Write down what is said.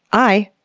i,